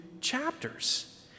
chapters